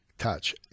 touch